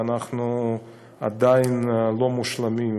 ואנחנו עדיין לא מושלמים.